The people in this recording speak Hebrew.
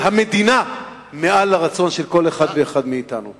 המדינה היא מעל הרצון של כל אחד ואחד מאתנו.